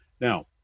Now